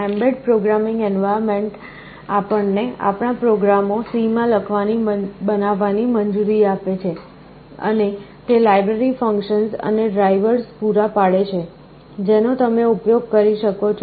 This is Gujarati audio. એમ્બેડ પ્રોગ્રામિંગ એન્વાયર્નમેન્ટ આપણને આપણા પ્રોગ્રામો C માં બનાવવાની મંજૂરી આપે છે અને તે લાઇબ્રેરી ફંક્શન્સ અને ડ્રાઈવર્સ પુરા પાડે છે જેનો તમે ઉપયોગ કરી શકો છો